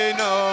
no